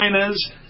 China's